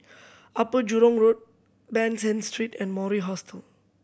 Upper Jurong Road Ban San Street and Mori Hostel